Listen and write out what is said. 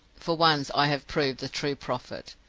for once i have proved a true prophet.